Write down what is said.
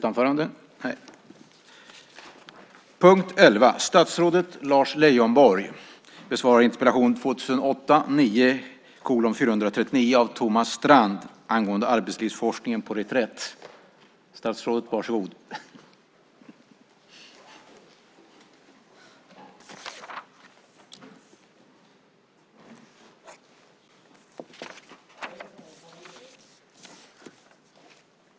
Tack för debatten!